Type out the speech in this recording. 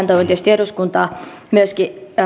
toivon tietysti eduskuntaa myöskin